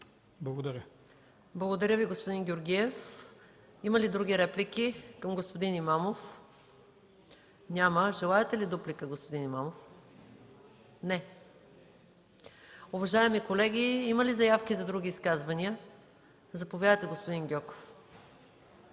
МАНОЛОВА: Благодаря, господин Георгиев. Има ли други реплики към господин Имамов? Няма. Желаете ли дуплика, господин Имамов? Не. Колеги, има ли заявки за други изказвания? Заповядайте, господин Гьоков.